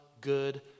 good